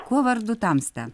kuo vardu tamsta